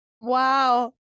Wow